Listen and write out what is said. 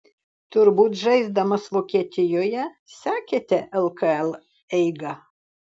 turbūt žaisdamas vokietijoje sekėte lkl eigą